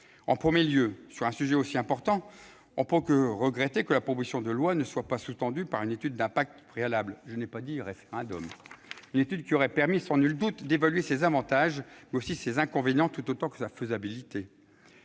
En premier lieu, sur un sujet aussi important, on ne peut regretter que la proposition de loi ne soit pas sous-tendue par une étude d'impact préalable. Je n'ai pas parlé de référendum ... Une telle étude aurait permis, sans nul doute, d'évaluer ses avantages, mais aussi ses inconvénients, tout autant que sa faisabilité.